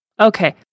Okay